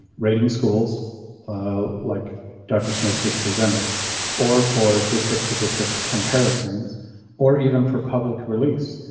rating schools ah like dr smith just presented or for district to district comparisons or even for public release.